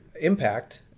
impact